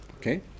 Okay